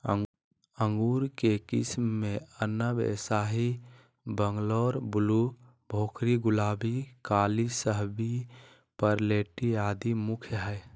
अंगूर के किस्म मे अनब ए शाही, बंगलोर ब्लू, भोकरी, गुलाबी, काली शाहवी, परलेटी आदि मुख्य हई